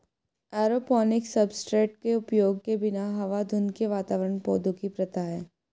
aeroponics substrate के उपयोग के बिना हवा धुंध के वातावरण पौधों की प्रथा है